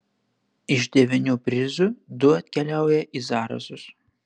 iš devynių prizų du atkeliauja į zarasus